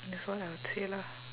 and that's what I would say lah